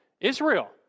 Israel